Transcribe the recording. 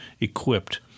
equipped